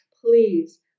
Please